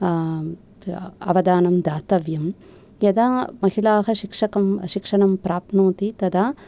अवधानं दातव्यं यदा महिलाः शिक्षकं शिक्षणं प्राप्नोति तदा